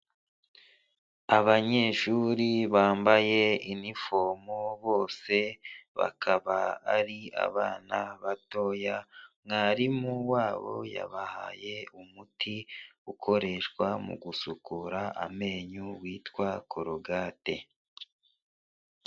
Abanyeshuri bambaye inifomo bose bakaba ari abana batoya mwarimu wabo yabahaye umuti ukoreshwa mu gusukura amenyo witwa korogate.